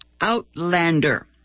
Outlander